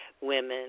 women